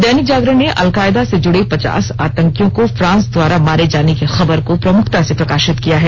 दैनिक जागरण ने अलकायदा से जूड़े पचास आंतकियों को फांस द्वारा मारे जाने की खबर को प्रमुखता से प्रकाशित किया है